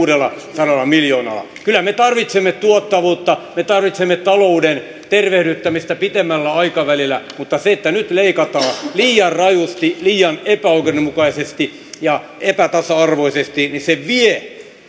kuudellasadalla miljoonalla kyllä me tarvitsemme tuottavuutta me tarvitsemme talouden tervehdyttämistä pitemmällä aikavälillä mutta se että nyt leikataan liian rajusti liian epäoikeudenmukaisesti ja epätasa arvoisesti vie